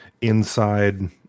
inside